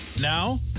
Now